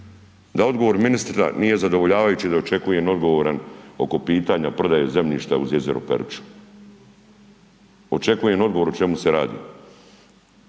da odgovor ministra nije zadovoljavajući i da očekujem odgovor oko pitanja prodaje zemljišta uz jezero Peruća. Očekujem odgovor o čemu se radi.